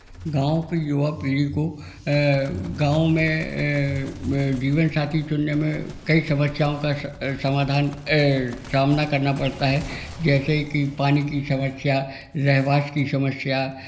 गाँव की युवा पीढ़ी को अ गाँव में अ जीवन साथी चुनने में कई समस्याओं का समाधान अ सामना करना पड़ता है जैसे की पानी की समस्या रहवास की समस्या